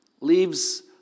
leaves